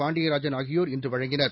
பாண்டியராஜன் ஆகியோர் இன்று வழங்கினர்